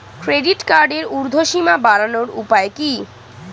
Credit কার্ডের উর্ধ্বসীমা বাড়ানোর উপায় কি?